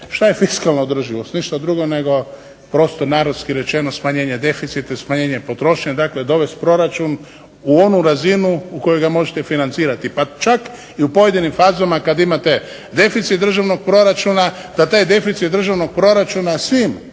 Šta je fiskalna održivost, ništa drugo nego prosto narodski rečeno smanjenje deficita, smanjenje potrošnje, dakle dovest proračun u onu razinu u kojoj ga možete financirati pa čak i u pojedinim fazama kad imate deficit državnog proračuna, da taj deficit državnog proračuna svim